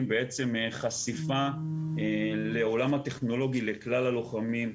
בעצם בחשיפה לעולם הטכנולוגי לכלל הלוחמים,